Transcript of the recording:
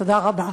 תודה רבה.